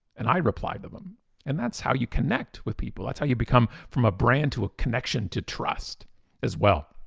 and i reply to them and that's how you connect with people. that's how you become from a brand to a connection to trust as well.